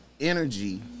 energy